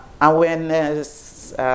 awareness